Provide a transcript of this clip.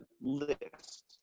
list